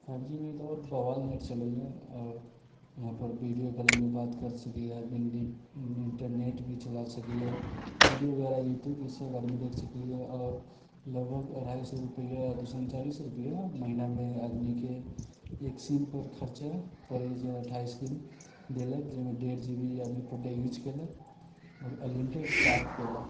five G मे तऽ आओर बबाल नेट चलैए आओर यहाँपर वीडिओ कॉलिङ्ग बात करि सकैए आदमी इन्टरनेट भी चला सकैए वीडिओ द्वारा यू ट्यूब ईसब आदमी देखि सकैए आओर लगभग अढ़ाइ सओ रुपैआ दो सओ उनचालिस रुपैआ महिनामे आदमीके एक सिमपर खर्चा पड़ै जाहिमे अठाइस दिन देलक जाहिमे डेढ़ जी बी आदमीपर डे यूज केलक आओर अनलिमिटेड बात केलक